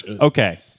Okay